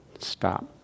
stop